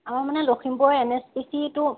অঁ মানে লখিমপুৰৰ এন এছ পি চিটো